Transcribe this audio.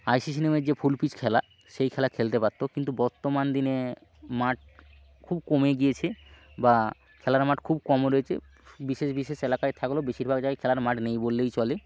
I C C নামে যে full pitch খেলা সেই খেলা খেলতে পারত কিন্তু বর্তমান দিনে মাঠ খুব কমে গিয়েছে বা খেলার মাঠ খুব কম রয়েছে বিশেষ বিশেষ এলাকায় থাকলেও বেশিরভাগ জায়গায় খেলার মাঠ নেই বললেই চলে